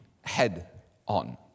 head-on